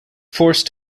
forced